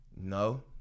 No